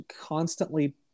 constantly